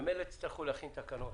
ממילא תצטרכו להכין תקנות.